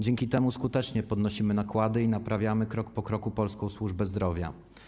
Dzięki temu skutecznie podnosimy nakłady i naprawiamy krok po kroku polską służbę zdrowia.